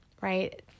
right